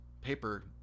paper